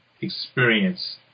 experience